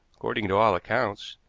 according to all accounts,